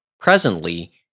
presently